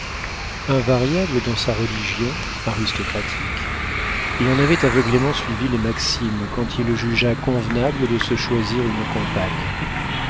invariable dans sa religion aristocratique il en avait aveuglément suivi les maximes quand il jugea convenable de se choisir une compagne